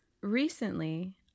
Recently